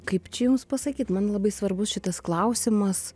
kaip čia jums pasakyt man labai svarbus šitas klausimas